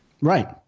right